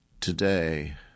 today